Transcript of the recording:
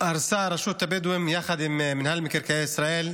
הרסה רשות הבדואים, יחד עם מינהל מקרקעי ישראל,